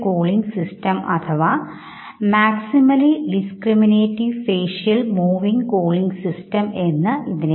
എന്നാൽ വൈകാരിക പ്രകടനങ്ങളുടെ സാംസ്കാരിക അപഗ്രഥനത്തിൻറെ മേഖലകളിലേക്ക് നമുക്ക് കടന്നു ചെല്ലേണ്ടതില്ല